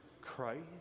Christ